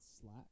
slack